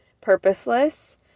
purposeless